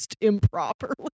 improperly